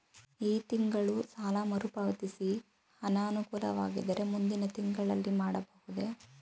ಈ ತಿಂಗಳು ಸಾಲ ಮರುಪಾವತಿ ಅನಾನುಕೂಲವಾಗಿದ್ದರೆ ಮುಂದಿನ ತಿಂಗಳಲ್ಲಿ ಮಾಡಬಹುದೇ?